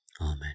Amen